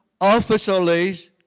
officially